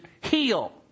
heal